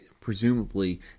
presumably